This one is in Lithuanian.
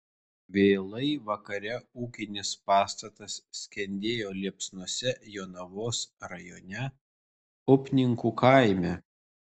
vėlai vakare ūkinis pastatas skendėjo liepsnose jonavos rajone upninkų kaime